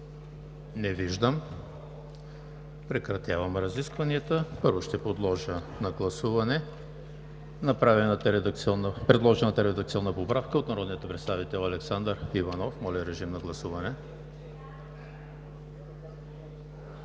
Няма. Прекратявам разискванията. Първо ще подложа на гласуване предложената редакционна поправка от народния представител Александър Иванов. Гласували